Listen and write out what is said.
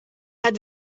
had